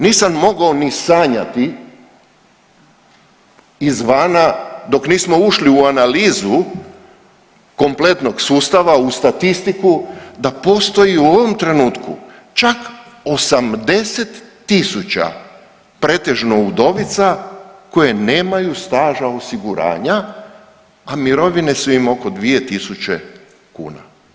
Nisam mogao ni sanjati izvana dok nismo ušli u analizu kompletnog sustava, u statistiku da postoji u ovom trenutku čak 80 000 pretežno udovica koje nemaju staža osiguranja, a mirovine su im oko 2000 kuna.